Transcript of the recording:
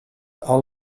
all